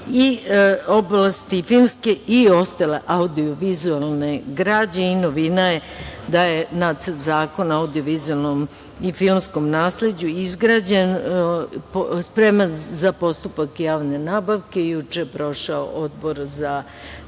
i oblasti filmske i ostale audio-vizuelne građe i novina je da je nacrt zakona ovde vizuelnom i filmskom nasleđu, izgrađen, spreman za postupak javne nabavke, juče prošao Odbor za